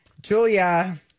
Julia